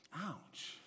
Ouch